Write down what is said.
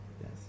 Yes